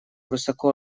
высоко